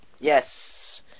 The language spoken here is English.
Yes